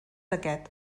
aquest